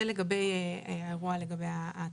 זה לגבי האירוע לגבי התקציב.